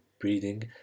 breathing